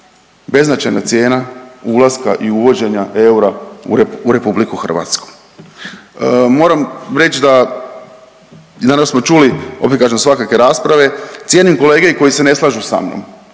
beznačajna cijena ulaska i uvođenja eura u RH. Moram reć da i danas smo čuli, opet kažem svakakve rasprave i cijenim kolege koji se ne slažu sa mnom,